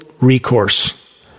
recourse